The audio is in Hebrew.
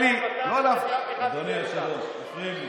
אני מציע שתיתן לי לסיים, ותכיר את התמונה.